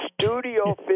Studio